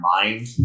mind